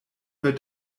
wird